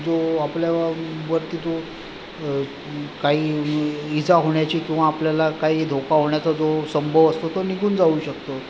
जो आपल्याव वरती जो काही इजा होण्याची किंवा आपल्याला काही धोका होण्याचा जो संभव असतो तो निघून जाऊ शकतो